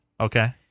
Okay